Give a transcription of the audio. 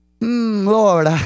Lord